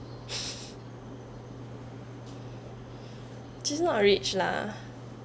she's not rich lah